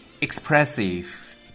Expressive